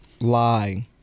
lie